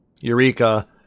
Eureka